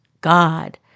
God